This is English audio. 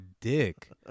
dick